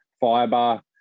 fiber